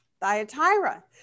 Thyatira